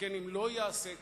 שכן אם לא יעשה כך,